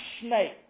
snake